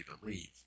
believe